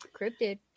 Cryptid